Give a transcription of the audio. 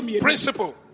principle